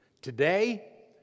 Today